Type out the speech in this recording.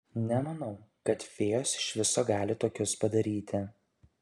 nemanau kad fėjos iš viso gali tokius padaryti